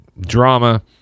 drama